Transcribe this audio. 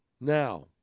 Now